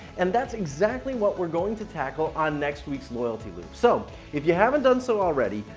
and that's exactly what we're going to tackle on next week's loyalty loop. so if you haven't done so already,